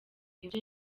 ibyo